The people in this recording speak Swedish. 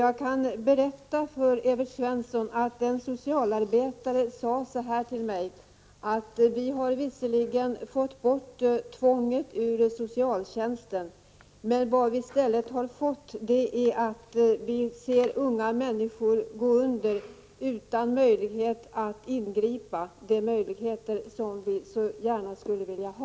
Jag kan berätta för Evert Svensson att en socialarbetare sade till mig: Vi har visserligen fått bort tvånget ur socialtjänsten, men vad vi i stället har fått är att vi ser unga människor gå under utan att vi har möjlighet att ingripa — de möjligheter som vi så gärna skulle vilja ha.